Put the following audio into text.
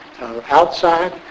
outside